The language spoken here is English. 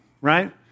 right